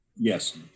Yes